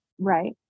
right